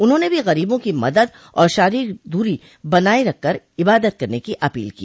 उन्होंने भी गरीबों की मदद और शारीरिक दूरी बनाये रखकर इबादत करने की अपील की